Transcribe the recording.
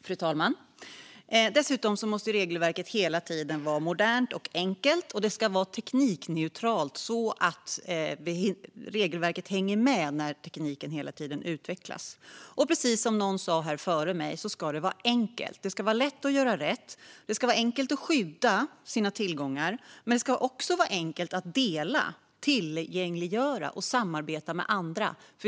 Fru talman! Dessutom måste regelverket hela tiden vara modernt och enkelt, som någon sa före mig i debatten. Det ska också vara teknikneutralt så att regelverket hänger med när tekniken hela tiden utvecklas. Det ska vara lätt att göra rätt. Det ska vara enkelt att skydda sina tillgångar, men det ska också vara enkelt att dela, tillgängliggöra och samarbeta med andra.